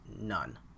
none